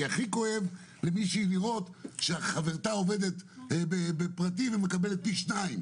כי הכי כואב למישהי לראות שחברתה עובדת בפרטי ומקבלת פי שניים.